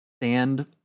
stand